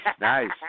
nice